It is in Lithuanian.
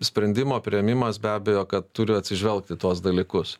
sprendimo priėmimas be abejo kad turiu atsižvelgt į tuos dalykus